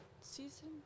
season